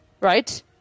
Right